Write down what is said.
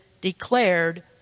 declared